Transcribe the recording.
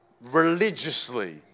religiously